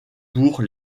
pour